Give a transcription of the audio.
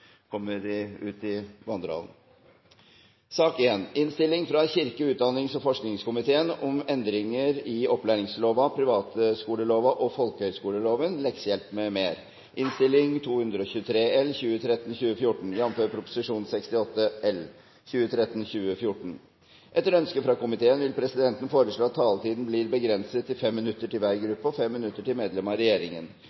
kommer ut i vandrehallen. Etter ønske fra kirke-, utdannings- og forskningskomiteen vil presidenten foreslå at taletiden blir begrenset til 5 minutter til hver